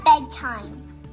bedtime